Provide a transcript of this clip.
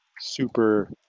super